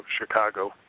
Chicago